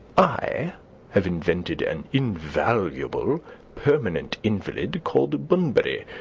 i have invented an invaluable permanent invalid called bunbury,